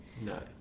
No